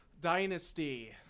Dynasty